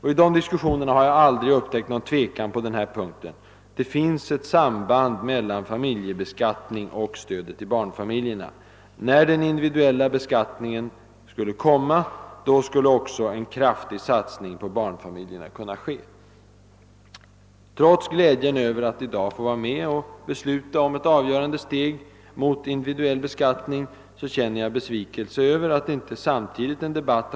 I de diskussioner som vi därvid fört har jag inte upptäckt någon tvekan när det gäller uppfattningen att det finns ett samband mellan familjebeskattningen och stödet till' barnfamiljerna; när den individuella beskattningen genomfördes skulle också en kraftig satsning på barnfamiljerna kunna ske. Trots glädjen över att i dag få vara med och besluta om ett avgörande steg mot individuell beskattning känner jag besvikelse över att man inte kunnat föra en debatt.